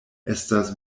estas